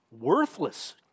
worthless